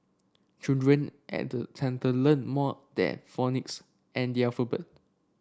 children at the centre learn more than phonics and the alphabet